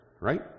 right